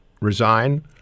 resign